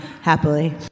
Happily